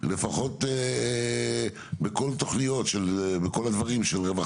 לפחות בכל תוכניות של רווחה,